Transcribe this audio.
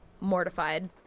mortified